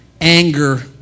anger